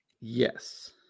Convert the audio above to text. Yes